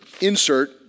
insert